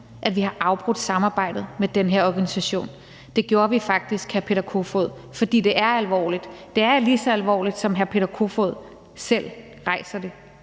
at vi har afbrudt samarbejdet med den her organisation. Det gjorde vi faktisk, hr. Peter Kofod, fordi det er alvorligt. Det er lige så alvorligt, som hr. Peter Kofod selv nævner det.